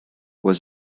was